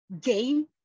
game